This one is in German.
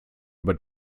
über